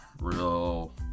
real